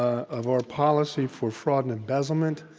of our policy for fraud and embezzlement.